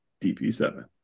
DP7